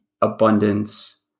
abundance